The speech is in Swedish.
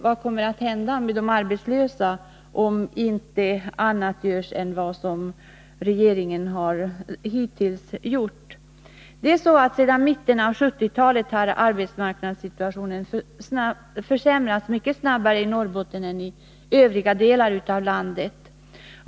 Vad kommer att hända med de arbetslösa, om inget annat görs än vad regeringen hittills har gjort? Sedan mitten av 1970-talet har arbetsmarknadssituationen försämrats mycket snabbare i Norrbotten än i övriga delar av landet.